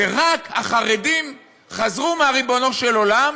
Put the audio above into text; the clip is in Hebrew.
ורק החרדים חזרו מהריבונו של עולם,